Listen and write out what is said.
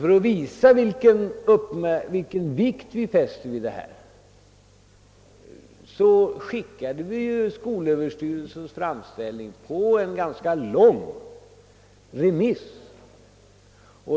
För att visa vilken vikt vi tillmäter detta försök skickade vi skolöverstyrelsens framställning på remiss med ganska långt tilltagen remisstid.